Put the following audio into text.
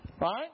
Right